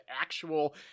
actual